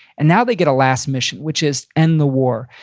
and now they get a last mission, which is end the war.